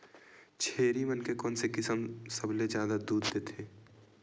छेरी मन के कोन से किसम सबले जादा दूध देथे?